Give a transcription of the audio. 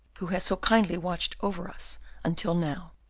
who has so kindly watched over us until now.